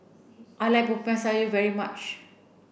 I like Popiah Sayur very much